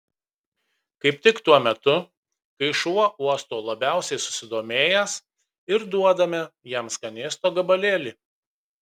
kaip tik tuo metu kai šuo uosto labiausiai susidomėjęs ir duodame jam skanėsto gabalėlį